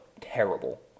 terrible